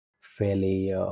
fairly